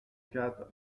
quatre